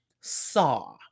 Saw